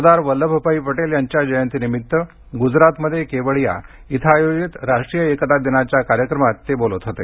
सरदार वल्लभभाई पटेल यांच्या जयंतीनिमित्त ग्रजरातमध्ये केवडिया इथं आयोजित राष्ट्रीय एकता दिनाच्या कार्यक्रमात ते बोलत होते